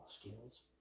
skills